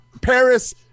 Paris